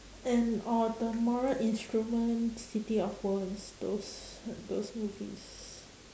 and or the mortal-instruments city-of-bones those those movies